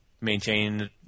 Maintain